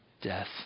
death